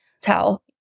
tell